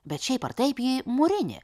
bet šiaip ar taip ji mūrinė